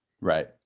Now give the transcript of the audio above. Right